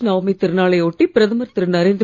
மஹேஷ் நவமி திருநாளை ஒட்டி பிரதமர் திரு